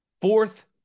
fourth